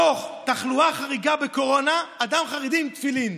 דוח: תחלואה חריגה בקורונה, אדם חרדי עם תפילין.